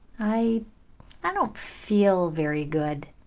i i don't feel very good.